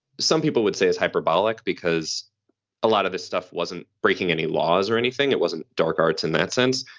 some people would say is hyperbolic because a lot of this stuff wasn't breaking any laws or anything it wasn't dark arts in that sense.